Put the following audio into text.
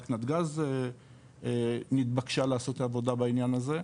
רק נתג"ז נתבקשה לעשות עבודה בעניין הזה,